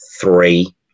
three